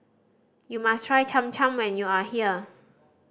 you must try Cham Cham when you are here